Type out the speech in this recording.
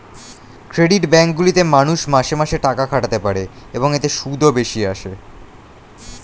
credit bank গুলিতে মানুষ মাসে মাসে টাকা খাটাতে পারে, এবং এতে সুদও বেশি আসে